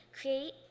Create